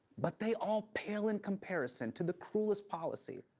but they all pale in comparison to the cruelest policy,